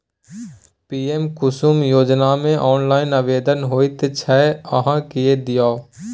PM Kusum योजनामे online आवेदन होइत छै अहाँ कए दियौ